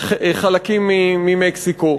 בחלקים ממקסיקו.